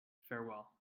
farewell